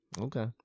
Okay